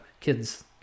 kids